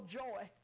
joy